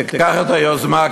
תיקח את היוזמה,